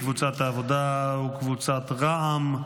קבוצת העבודה וקבוצת רע"מ.